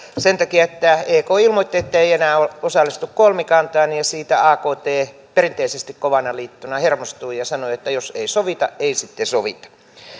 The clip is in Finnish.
sen takia että ek ilmoitti että ei enää osallistu kolmikantaan ja siitä akt perinteisesti kovana liittona hermostui ja sanoi että jos ei sovita ei sitten sovita